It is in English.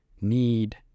need